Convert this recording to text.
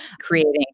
creating